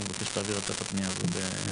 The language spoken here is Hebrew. אבקש שאתה תעביר את הפניה הזו לממונה